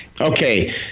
okay